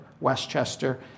Westchester